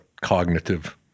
cognitive